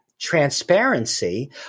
transparency